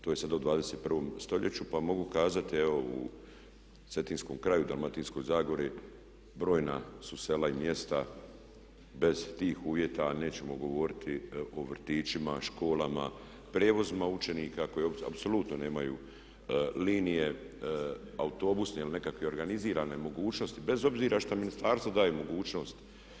To je sada u 21. stoljeću, pa mogu kazati evo u cetinskom kraju, Dalmatinskoj zagori brojna su sela i mjesta bez tih uvjeta, a nećemo govoriti o vrtićima, školama, prijevozima učenika koji apsolutno nemaju linije autobusne ili nekakve organizirane mogućnosti bez obzira što ministarstvo daje mogućnost.